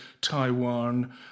Taiwan